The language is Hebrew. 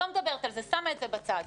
שמה את זה בצד.